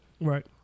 Right